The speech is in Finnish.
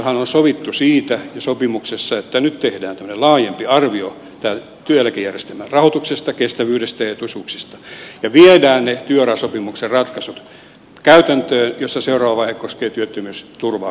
työuraneuvotteluissahan on sovittu siitä jo sopimuksessa että nyt tehdään tämmöinen laajempi arvio tämän työeläkejärjestelmän rahoituksesta kestävyydestä ja etuisuuksista ja viedään ne työurasopimuksen ratkaisut käytäntöön jossa seuraava vaihe koskee työttömyysturvaa koskevia juttuja